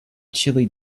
chili